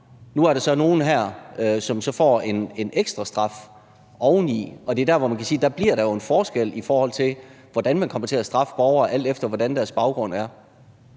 Nu er der nogle her, som så får en ekstra straf oveni, og det er der, man kan sige at der jo bliver en forskel, i forhold til hvordan vi kommer til at straffe borgere, alt efter hvad deres baggrund er.